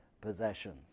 possessions